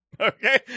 Okay